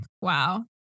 Wow